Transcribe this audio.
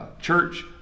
church